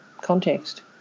context